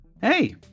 Hey